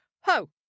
Ho